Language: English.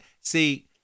see